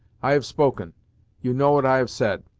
i have spoken you know what i have said.